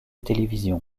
télévision